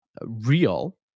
real